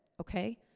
okay